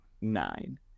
Nine